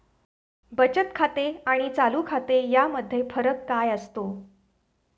बचत खाते आणि चालू खाते यामध्ये फरक काय असतो?